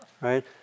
right